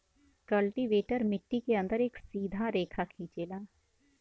cultivator मट्टी के अंदर एक सीधा रेखा खिंचेला